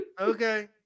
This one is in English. Okay